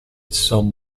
some